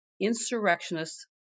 Insurrectionists